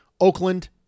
Oakland